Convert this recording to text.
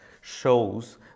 shows